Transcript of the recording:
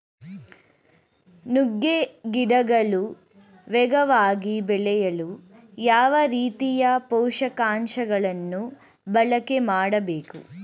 ನುಗ್ಗೆ ಗಿಡಗಳು ವೇಗವಾಗಿ ಬೆಳೆಯಲು ಯಾವ ರೀತಿಯ ಪೋಷಕಾಂಶಗಳನ್ನು ಬಳಕೆ ಮಾಡಬೇಕು?